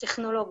טכנולוגית.